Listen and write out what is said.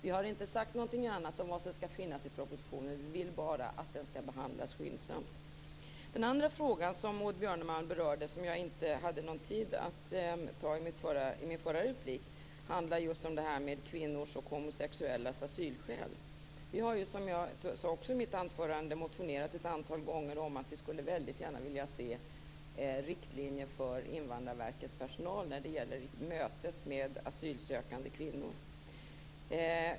Vi har inte sagt någonting annat om vad som skall finnas i propositionen. Vi vill bara att den skall behandlas skyndsamt. Den andra frågan som Maud Björnemalm berörde och som jag inte hade tid att nämna i min förra replik är kvinnors och homosexuellas asylskäl. Vi har, som jag också sade i mitt anförande, motionerat ett antal gånger om att vi väldigt gärna skulle vilja se riktlinjer för Invandrarverkets personal när det gäller att möta asylsökande kvinnor.